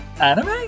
anime